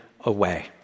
away